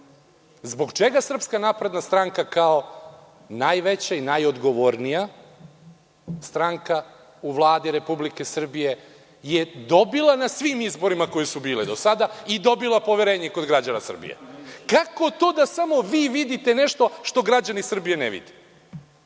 zbog čega SNS kao najveća i najodgovornija stranka u Vladi Republike Srbije je dobila na svim izborima koji su bili do sada i dobila poverenje kod građana Srbije? Kako to da samo vi vidite nešto što građani Srbije ne vide?